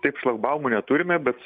taip šlagbaumų neturime bet